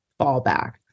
fallback